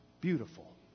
beautiful